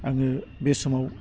आङो बे समाव